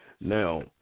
Now